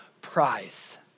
prize